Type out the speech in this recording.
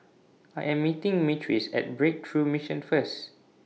I Am meeting Myrtice At Breakthrough Mission First